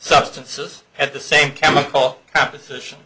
substances had the same chemical composition